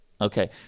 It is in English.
Okay